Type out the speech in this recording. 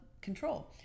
control